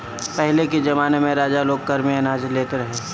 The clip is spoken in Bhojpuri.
पहिले के जमाना में राजा लोग कर में अनाज लेत रहे